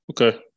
okay